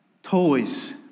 Toys